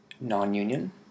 non-union